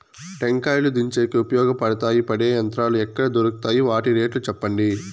టెంకాయలు దించేకి ఉపయోగపడతాయి పడే యంత్రాలు ఎక్కడ దొరుకుతాయి? వాటి రేట్లు చెప్పండి?